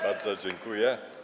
Bardzo dziękuję.